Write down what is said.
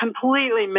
completely